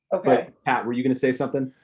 but pat, were you gonna say something?